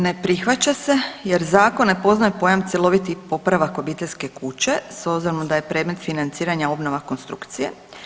Ne prihvaća se jer zakon ne poznaje pojam cjeloviti popravak obiteljske kuće s obzirom da je predmet financiranja obnova konstrukcije.